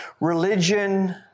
religion